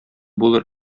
булыр